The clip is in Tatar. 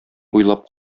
уйлап